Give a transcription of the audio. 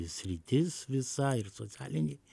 sritis visai ir socialiniai